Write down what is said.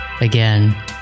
Again